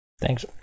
Thanks